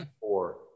four